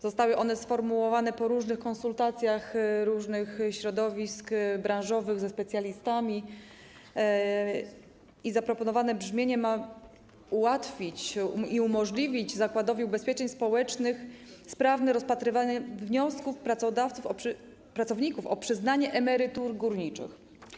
Zostały one sformułowane po konsultacjach środowisk branżowych ze specjalistami i zaproponowane brzmienie ma ułatwić, umożliwić Zakładowi Ubezpieczeń Społecznych sprawne rozpatrywanie wniosków pracowników o przyznanie emerytur górniczych.